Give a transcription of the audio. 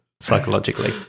psychologically